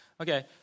Okay